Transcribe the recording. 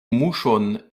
muŝon